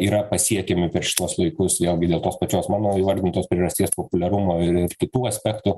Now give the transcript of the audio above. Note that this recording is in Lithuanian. yra pasiekiami per šituos laikus vėlgi dėl tos pačios mano įvardintos priežasties populiarumo ir ir kitų aspektų